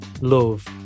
love